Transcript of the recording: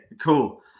cool